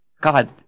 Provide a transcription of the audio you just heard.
God